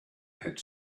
had